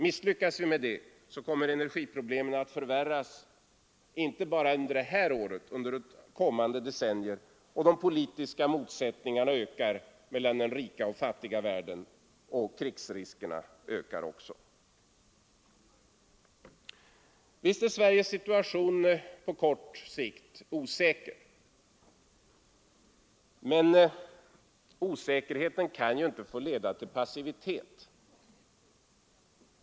Misslyckas vi med det kommer energiproblemen att förvärras inte bara under det här året utan under de kommande decennierna, de politiska motsättningarna mellan den rika och den fattiga världen kommer att öka och krigsriskerna ökas också. Visst är Sveriges situation på kort sikt osäker. Men osäkerheten kan inte få leda till passivitet.